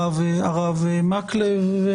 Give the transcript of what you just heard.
הרב מקלב.